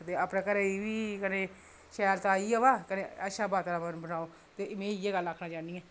ते अपने घरै गी बी कन्नै शैल ताज़ी हवा कन्नै शैल वातावरण बनाओ ते में इ'यै गल्ल आक्खना चाह्न्नी आं